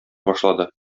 башлады